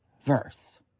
verse